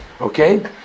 Okay